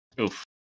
Oof